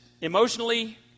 emotionally